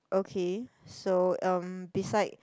okay so um beside